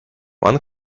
one